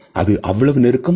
இது அவ்வளவு நெருக்கமா